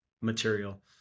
material